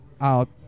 out